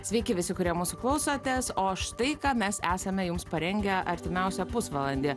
sveiki visi kurie mūsų klausotės o štai ką mes esame jums parengę artimiausią pusvalandį